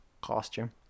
Costume